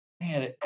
man